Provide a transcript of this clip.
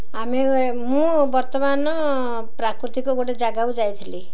ଆମେ ମୁଁ ବର୍ତ୍ତମାନ ପ୍ରାକୃତିକ ଗୋଟେ ଜାଗାକୁ ଯାଇଥିଲି